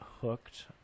hooked